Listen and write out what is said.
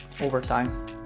Overtime